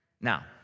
Now